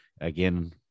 again